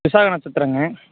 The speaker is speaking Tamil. விசாக நட்சத்திரங்க